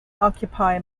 occupy